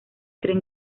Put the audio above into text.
cree